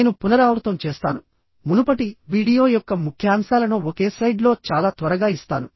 నేను పునరావృతం చేస్తాను మునుపటి వీడియో యొక్క ముఖ్యాంశాలను ఒకే స్లైడ్లో చాలా త్వరగా ఇస్తాను